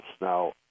Now